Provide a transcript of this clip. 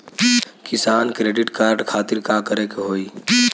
किसान credit card खातिर का करे के होई?